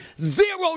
zero